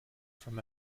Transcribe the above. from